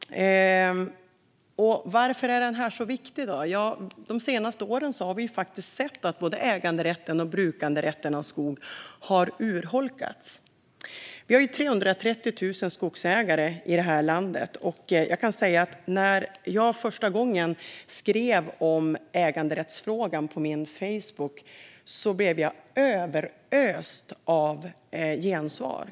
Varför är den då så viktig? De senaste åren har både äganderätten och brukanderätten till skog urholkats. Vi har 330 000 skogsägare i landet. När jag första gången skrev om äganderättsfrågan på Facebook blev jag överöst av gensvar.